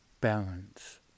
balance